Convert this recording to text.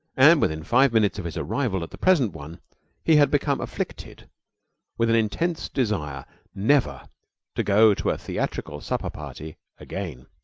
and within five minutes of his arrival at the present one he had become afflicted with an intense desire never to go to a theatrical supper-party again.